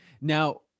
Now